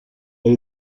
elle